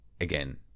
again